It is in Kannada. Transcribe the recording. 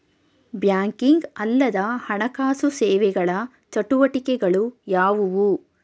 ಬ್ಯಾಂಕಿಂಗ್ ಅಲ್ಲದ ಹಣಕಾಸು ಸೇವೆಗಳ ಚಟುವಟಿಕೆಗಳು ಯಾವುವು?